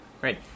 great